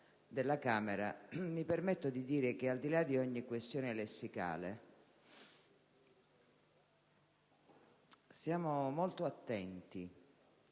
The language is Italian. della Camera. Mi permetto di dire che, al di là di ogni questione lessicale, dobbiamo stare molto attenti